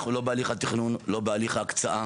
שכבר היום מוגדרים לקבורה,